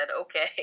okay